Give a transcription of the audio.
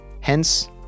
Hence